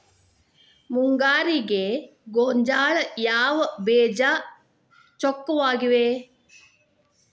ಮುಂಗಾರಿಗೆ ಗೋಂಜಾಳ ಯಾವ ಬೇಜ ಚೊಕ್ಕವಾಗಿವೆ?